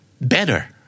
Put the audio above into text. Better